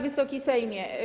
Wysoki Sejmie!